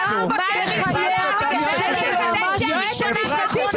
קריב, אתה ראש חבורת הפורעים.